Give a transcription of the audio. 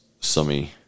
Summy